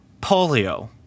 polio